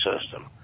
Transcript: system